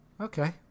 Okay